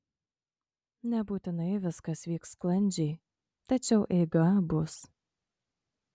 nebūtinai viskas vyks sklandžiai tačiau eiga bus